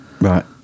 Right